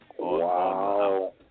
Wow